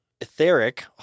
etheric